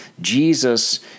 Jesus